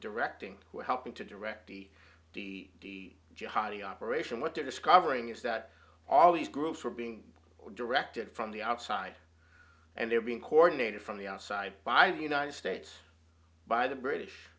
directing who are helping to direct the jihadi operation what they're discovering is that all these groups are being directed from the outside and they're being coordinated from the outside by the united states by the british